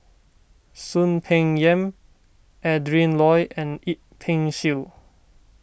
Soon Peng Yam Adrin Loi and Yip Pin Xiu